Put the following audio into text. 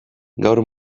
gaur